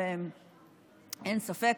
אין ספק,